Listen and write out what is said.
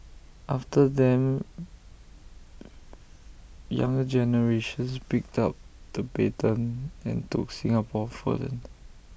after them younger generations picked up the baton and took Singapore further